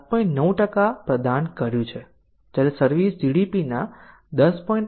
9 પ્રદાન કર્યું છે જ્યારે સર્વિસ GDPના 10